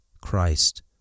Christ